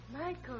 Michael